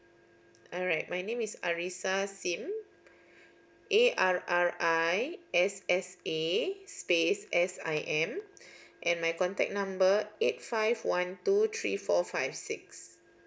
alright my name is arrissa sim A R R I S S A space S I M and my contact number eight five one two three four five six